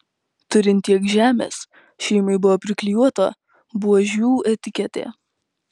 turint tiek žemės šeimai buvo priklijuota buožių etiketė